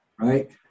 Right